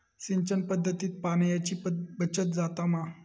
सिंचन पध्दतीत पाणयाची बचत जाता मा?